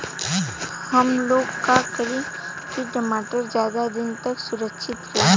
हमलोग का करी की टमाटर ज्यादा दिन तक सुरक्षित रही?